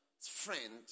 friend